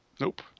Nope